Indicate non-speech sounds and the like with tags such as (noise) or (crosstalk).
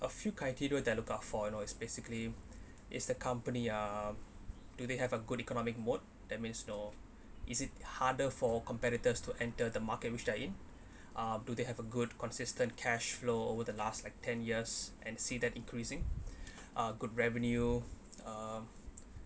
a few criteria that I look out for you know is basically is the company uh do they have a good economic mode that means no is it harder for competitors to enter the market which they're in ah do they have a good consistent cash flow over the last like ten years and see that increasing (breath) uh good revenue uh